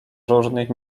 różnych